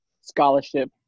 scholarship